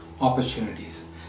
opportunities